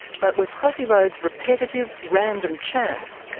but with crossy road's repetitive random chance,